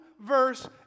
verse